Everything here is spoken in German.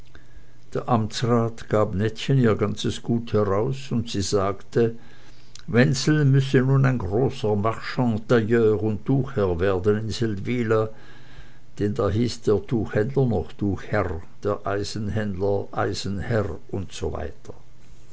der amtsrat gab nettchen ihr ganzes gut heraus und sie sagte wenzel müsse nun ein großer marchand tailleur und tuchherr werden in seldwyla denn da hieß der tuchhändler noch tuchherr der eisenhändler eisenherr usw